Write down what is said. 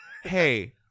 Hey